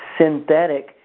synthetic